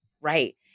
right